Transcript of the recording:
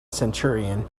centurion